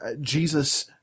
Jesus